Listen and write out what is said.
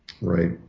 Right